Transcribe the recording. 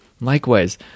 Likewise